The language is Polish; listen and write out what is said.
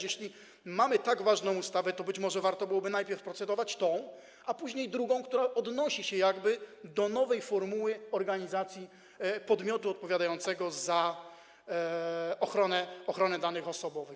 Jeśli mamy tak ważną ustawę, to być może warto byłoby najpierw procedować nad tą, a później nad drugą, która odnosi się do nowej formuły organizacji podmiotu odpowiadającego za ochronę danych osobowych.